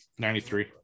93